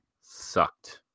sucked